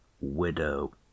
widow